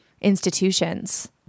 institutions